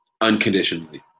unconditionally